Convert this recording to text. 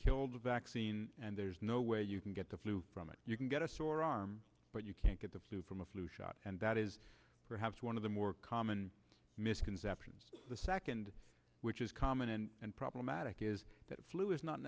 killed the vaccine and there's no way you can get the flu from it you can get a sore arm but you can't get the flu from a flu shot and that is perhaps one of the more common misconceptions the second which is common and problematic is that flu is not